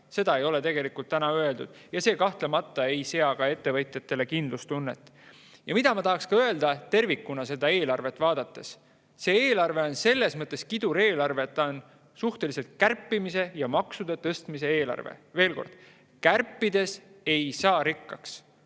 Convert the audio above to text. ei ole tegelikult öeldud. See kahtlemata ei anna ettevõtjatele kindlustunnet. Mida ma tahaksin öelda seda eelarvet tervikuna vaadates? See eelarve on selles mõttes kidur eelarve, et ta on suhteliselt kärpimise ja maksude tõstmise eelarve. Veel kord: kärpides ei saa rikkaks,